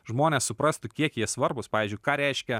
žmonės suprastų kiek jie svarbūs pavyzdžiui ką reiškia